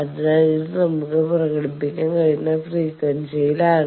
അതിനാൽ ഇത് നമുക്ക് പ്രകടിപ്പിക്കാൻ കഴിയുന്ന ഫ്രീക്വൻസിസിയിലാണ്